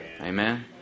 Amen